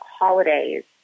holidays